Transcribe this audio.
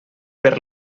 per